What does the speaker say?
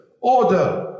order